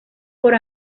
por